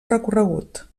recorregut